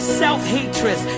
self-hatred